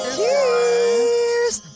Cheers